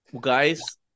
guys